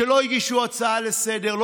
כשלא הגישו הצעה לסדר-היום,